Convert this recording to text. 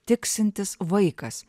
tiksintis vaikas